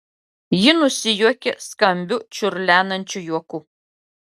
ji nusijuokė skambiu čiurlenančiu juoku